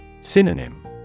Synonym